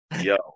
Yo